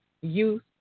youth